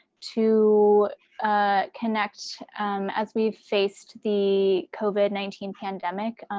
to connect as we've faced the covid nineteen pandemic,